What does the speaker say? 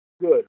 Good